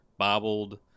bobbled